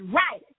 right